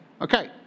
Okay